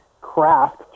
craft